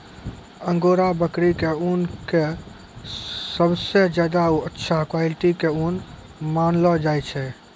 angora बकरी के ऊन कॅ सबसॅ ज्यादा अच्छा क्वालिटी के ऊन मानलो जाय छै